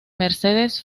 mercedes